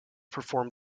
perform